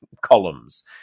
columns